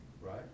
right